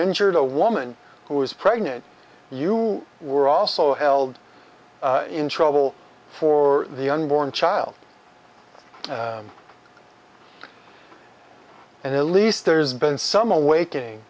injured a woman who was pregnant you were also held in trouble for the unborn child and at least there's been some awaking